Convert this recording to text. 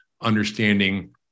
understanding